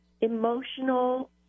emotional